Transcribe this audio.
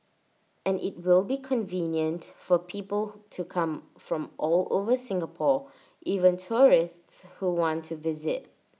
and IT will be convenient for people to come from all over Singapore even tourists who want to visit